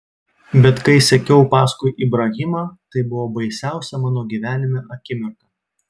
bet kai sekiau paskui ibrahimą tai buvo baisiausia mano gyvenime akimirka